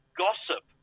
gossip